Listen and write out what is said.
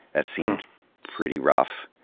that seemed pretty rough.